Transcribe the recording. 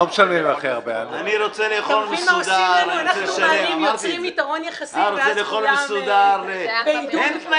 אני יועצת משפטית של מפעיל